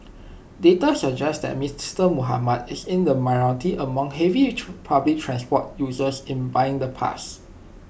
data suggest that Mister Muhammad is in the minority among heavy public transport users in buying the pass